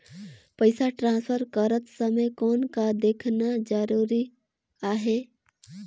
पइसा ट्रांसफर करत समय कौन का देखना ज़रूरी आहे?